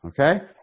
okay